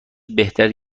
بهتره